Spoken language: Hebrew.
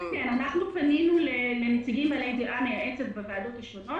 פנינו לנציגים בעלי דעה מייעצת בוועדות השונות